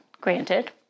Granted